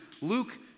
Luke